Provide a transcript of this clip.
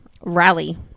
rally